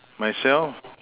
myself